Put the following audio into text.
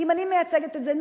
אם אני מייצגת את זה,